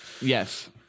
Yes